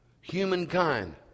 Humankind